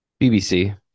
BBC